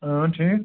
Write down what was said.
آ ٹھیٖک